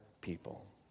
people